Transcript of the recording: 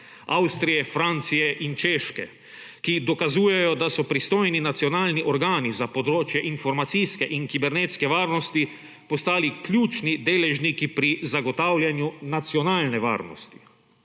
Avstrije, Francije in Češke, ki dokazujejo, da so pristojni nacionalni organi za področje informacijske in kibernetske varnosti postali ključni deležniki pri zagotavljanju nacionalne varnosti.